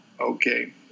okay